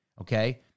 okay